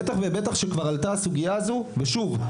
בטח ובטח שכבר עלתה הסוגייה הזו ושוב,